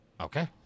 Okay